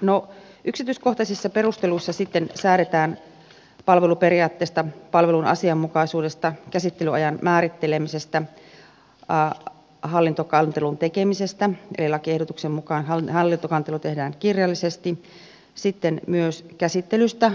no yksityiskohtaisissa perusteluissa sitten säädetään palveluperiaatteesta palvelun asianmukaisuudesta käsittelyajan määrittelemisestä hallintokantelun tekemisestä eli lakiehdotuksen mukaan hallintokantelu tehdään kirjallisesti sitten myös käsittelystä